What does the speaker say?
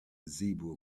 zebra